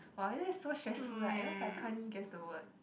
!wah! this is so stressful leh eh what if I can't guess the word